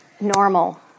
Normal